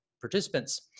participants